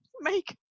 make